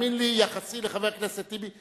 יחסי לחבר הכנסת טיבי,